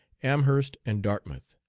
amherst and dartmouth.